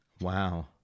Wow